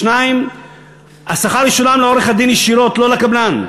2. השכר ישולם לעורך-הדין ישירות, לא לקבלן,